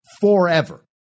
forever